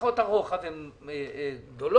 השלכות הרוחב הן גדולות.